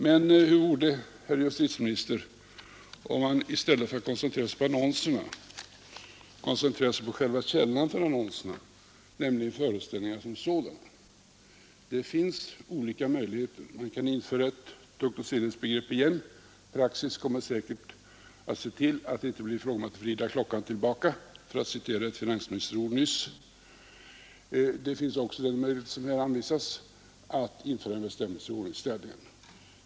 Men hur vore det, herr justitieminister, om man i stället för att koncentrera sig på annonserna koncentrerade sig på själva källan för annonserna, nämligen föreställningarna som sådana. Det finns olika möjligheter. Man kan införa ett tuktoch sedlighetsbegrepp igen. Praxis kommer säkert att se till att det inte blir frågan om att vrida klockan tillbaka, för att citera ett finansministerord nyss. Det finns också den möjlighet som här anvisas, nämligen att införa en bestämmelse i ordningsstadgan.